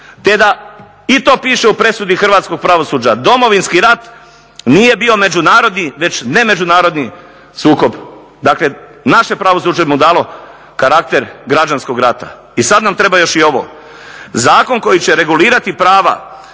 te da i to piše u presudi hrvatskog pravosuđa. Domovinski rat nije bio međunarodni već nemeđunarodni sukob. Dakle, naše pravosuđe mu dalo karakter građanskog rata i sad nam treba još i ovo. Zakon koji će regulirati prava